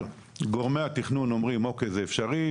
גורמי התכנון אומרים אוקיי זה אפשרי,